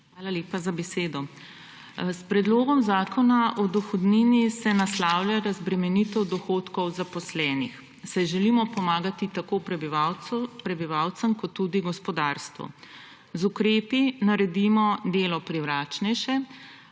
Hvala lepa za besedo. S predlogom zakona o dohodnini se naslavlja razbremenitev dohodkov zaposlenih, saj želimo pomagati tako prebivalcem kot tudi gospodarstvu. Z ukrepi naredimo delo privlačnejše,